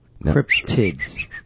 Cryptids